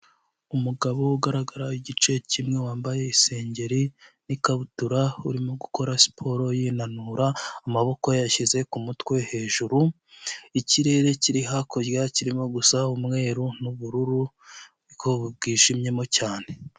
Umugabo ugaragara igice kimwe wambaye isengeri n'ikabutura urimo gukora siporo yinanura amaboko yayashyize ku mutwe hejuru, ikirere kiri hakurya kirimo gusa umweru n'ubururu, ubwoba bwijimyemo cyane.